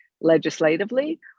legislatively